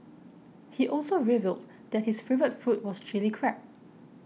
he also revealed that his favourite food was Chilli Crab